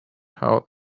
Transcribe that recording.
how